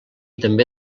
també